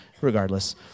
regardless